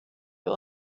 wir